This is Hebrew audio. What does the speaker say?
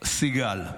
סיגל.